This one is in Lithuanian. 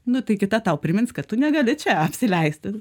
nu tai kita tau primins kad tu negali čia apsileisti